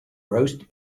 roast